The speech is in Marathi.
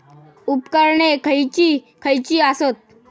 उपकरणे खैयची खैयची आसत?